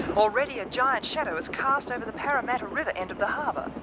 already a giant shadow is cast over the parramatta river end of the harbour.